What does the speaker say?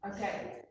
Okay